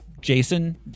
Jason